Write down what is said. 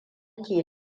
ke